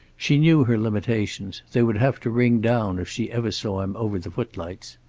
she knew her limitations they would have to ring down if she ever saw him over the footlights.